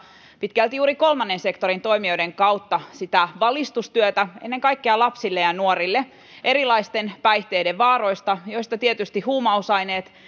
pitkälti juuri kolmannen sektorin toimijoiden kautta valistustyötä ennen kaikkea lapsille ja ja nuorille erilaisten päihteiden vaaroista joista tietysti huumausaineet